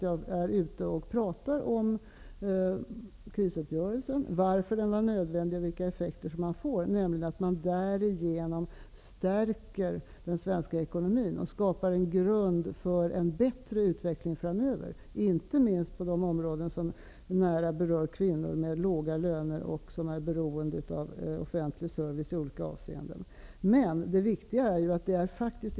Jag är ute och pratar om krisuppgörelsen, varför den var nödvändig och vilka effekter den ger, nämligen att vi genom uppgörelsen stärker den svenska ekonomin och skapar en grund för en bättre utveckling framöver, inte minst på de områden som nära berör kvinnor som har låga löner och som i olika avseenden är beroende av offentlig service.